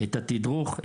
את התדרוך,